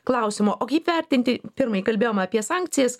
klausimo o kaip vertinti pirmai kalbėjom apie sankcijas